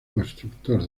constructor